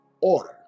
order